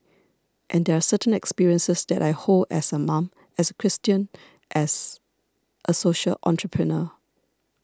and there are certain experiences that I hold as a mom as a Christian as a social entrepreneur